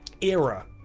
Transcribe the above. era